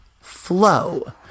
flow